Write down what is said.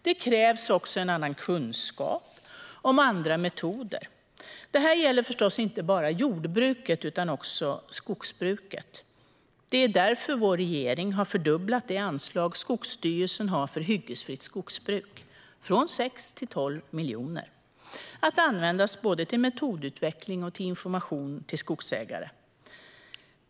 Det krävs också kunskap om andra metoder. Det här gäller förstås inte bara jordbruket utan också skogsbruket. Det är därför vår regering har fördubblat det anslag som Skogsstyrelsen har för hyggesfritt skogsbruk från 6 till 12 miljoner att användas både till metodutveckling och information till skogsägare.